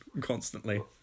constantly